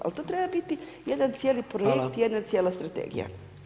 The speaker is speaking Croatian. Ali to treba biti jedan cijeli projekt, jedna cijela strategija.